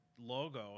logo